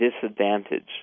disadvantage